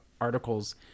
articles